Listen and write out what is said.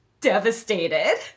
devastated